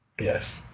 Yes